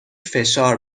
فشار